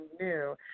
new